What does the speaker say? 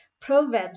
Proverbs